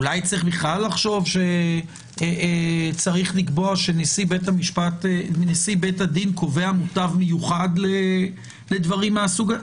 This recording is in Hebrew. אולי צריך בכלל לקבוע שנשיא בית הדין קובע מותב מיוחד לדברים מהסוג הזה.